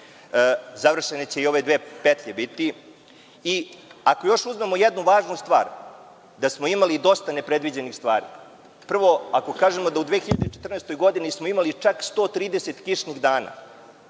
će i ove dve petlje biti i ako još uzmemo jednu važnu stvar da smo imali dosta nepredviđenih stvari, prvo ako kažemo da smo u 2014 godini imali čak 130 kišnih dana,